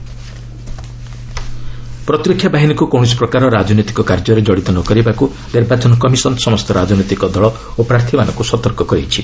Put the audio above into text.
EC advisory ପ୍ରତିରକ୍ଷା ବାହିନୀକୁ କୌଣସି ପ୍ରକାର ରାଜନୈତିକ କାର୍ଯ୍ୟରେ କଡ଼ିତ ନ କରିବାକୁ ନିର୍ବାଚନ କମିଶନ ସମସ୍ତ ରାଜନୈତିକ ଦଳ ଓ ପ୍ରାର୍ଥୀମାନଙ୍କୁ ସତର୍କ କରାଇଛି